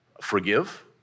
forgive